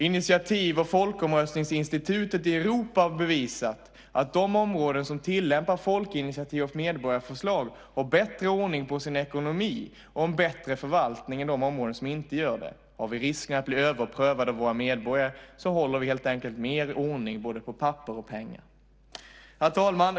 Initiativ och folkomröstningsinstitutet i Europa har bevisat att de områden som tillämpar folkinitiativ och medborgarförslag har bättre ordning på sin ekonomi och en bättre förvaltning än de områden som inte gör det. Inför risken att bli överprövade av våra medborgare håller vi helt enkelt mer ordning både på papper och pengar. Herr talman!